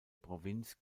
provinz